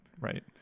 right